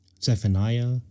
Zephaniah